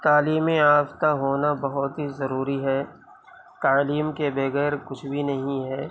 تعلیم یافتہ ہونا بہت ہی ضروری ہے تعلیم کے بغیر کچھ بھی نہیں ہے